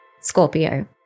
Scorpio